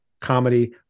comedy